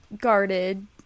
guarded